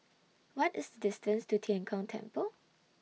What IS The distance to Tian Kong Temple